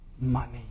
money